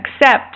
accept